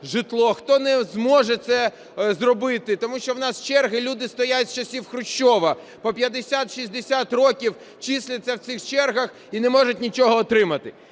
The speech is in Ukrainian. житло, хто не зможе це зробити. Тому що в нас черги, люди стоять з часів Хрущова, по 50-60 років числяться в цих чергах і не можуть нічого отримати.